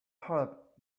help